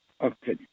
Okay